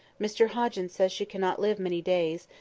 mr hoggins says she cannot live many days,